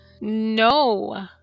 no